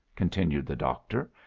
continued the doctor,